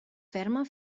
ferma